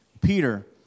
Peter